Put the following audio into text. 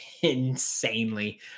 insanely